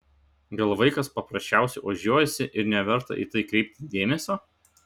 gal vaikas paprasčiausiai ožiuojasi ir neverta į tai kreipti dėmesio